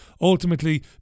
ultimately